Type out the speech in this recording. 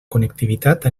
connectivitat